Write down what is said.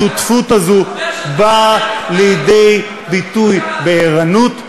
השותפות הזאת באה לידי ביטוי בערנות,